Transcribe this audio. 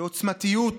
בעוצמתיות,